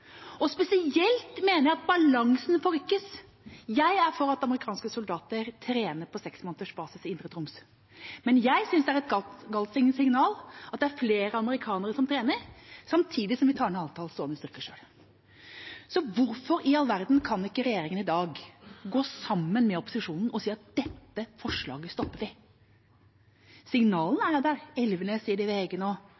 sterkere. Spesielt mener jeg at balansen forrykkes. Jeg er for at amerikanske soldater trener på seks måneders basis i indre Troms, men jeg synes det er et galt signal at det er flere amerikanere som trener, samtidig som vi tar ned antall stående styrker selv. Så hvorfor i all verden kan ikke regjeringen i dag gå sammen med opposisjonen og si at dette forslaget stopper vi? Signalene